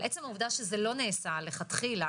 עצם העובדה שזה לא נעשה לכתחילה,